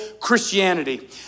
Christianity